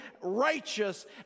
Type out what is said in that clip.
righteous